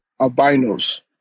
albinos